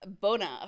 Bona